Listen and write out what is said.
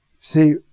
See